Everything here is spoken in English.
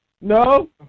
No